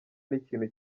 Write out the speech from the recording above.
n’ikintu